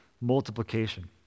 multiplication